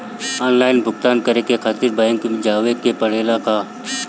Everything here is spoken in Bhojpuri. आनलाइन भुगतान करे के खातिर बैंक मे जवे के पड़ेला का?